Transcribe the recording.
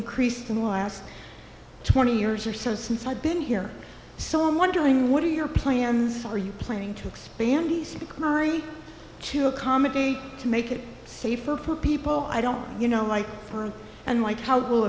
increased the noise twenty years or so since i've been here so i'm wondering what are your plans are you planning to expand the civic mary to accommodate to make it safer for people i don't you know like for and like how it will